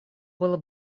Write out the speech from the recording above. было